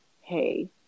hey